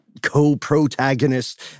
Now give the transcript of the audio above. co-protagonist